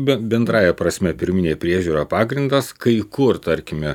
bet bendrąja prasme pirminė priežiūra pagrindas kai kur tarkime